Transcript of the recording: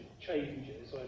changes